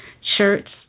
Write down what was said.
shirts